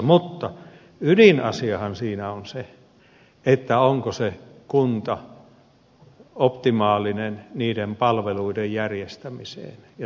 mutta ydinasiahan siinä on se onko se kunta optimaalinen niiden palveluiden järjestämiseen ja tuottamiseen